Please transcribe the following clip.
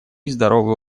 здоровый